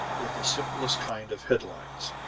with the simplest kind of head-lines.